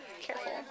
Careful